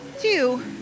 two